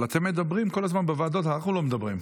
אבל אתם מדברים כל הזמן בוועדות, אנחנו לא מדברים.